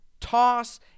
toss